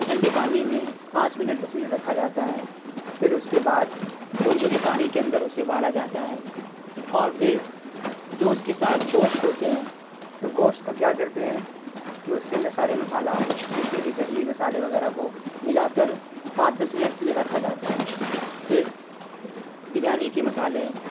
ٹھنڈے پانی میں پانچ منٹ دس منٹ رکھا جاتا ہے پھر اس کے بعد گنگنے پانی کے اندر اسے ابالا جاتا ہے اور پھر جو اس کے ساتھ گوشت ہوتے ہیں تو گوشت کو کیا کرتے ہیں کہ اس کے اندر سارے مصالحہ جتنے بھی دہی مصالحے وغیرہ کو ملا کر پانچ دس منٹ کے لیے رکھا جاتا ہے پھر بریانی کے مصالحے